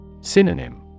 Synonym